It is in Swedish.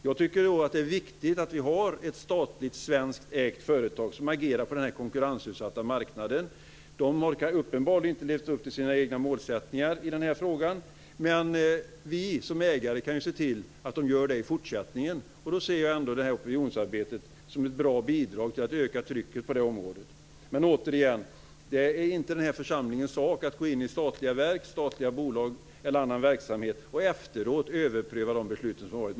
Jag tycker att det är viktigt att vi har ett statligt ägt svenskt företag som agerar på denna konkurrensutsatta marknad. Man har uppenbarligen inte levt upp till sina egna mål i denna fråga. Men vi som ägare kan se till att man gör det i fortsättningen. Jag ser ändå opinionsarbetet som ett bra bidrag till att öka trycket på det området. Återigen vill jag säga att det inte är denna församlings sak att gå in i statliga verk eller bolag och överpröva de beslut som har fattats.